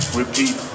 repeat